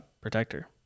protector